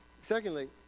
Secondly